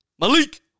Malik